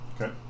Okay